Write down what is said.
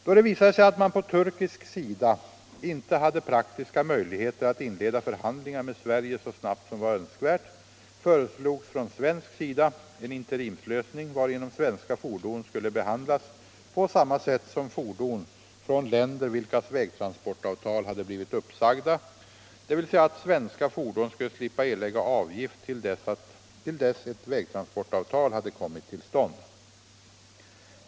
Då det visade sig att man på turkisk sida inte hade praktiska möjligheter att inleda förhandlingar med Sverige så snabbt som var önskvärt, föreslogs från svensk sida en interimslösning, varigenom svenska fordon skulle behandlas på samma sätt som fordon från länder, vilkas vägtransportavtal hade blivit uppsagda, dvs. att svenska fordon skulle slippa erlägga avgift till dess ett vägtransportavtal hade kommit till stånd.